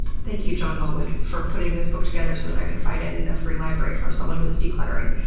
thank you, john welwood, for putting this book together so that i could find it in a free library from someone who was decluttering.